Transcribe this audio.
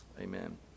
amen